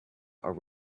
are